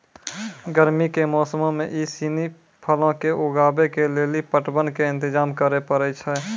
गरमी के मौसमो मे इ सिनी फलो के उगाबै के लेली पटवन के इंतजाम करै पड़ै छै